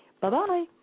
Bye-bye